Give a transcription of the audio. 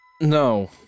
No